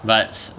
but